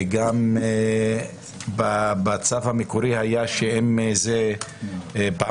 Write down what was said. וגם בצו המקורי היה שאם זה פעמיים,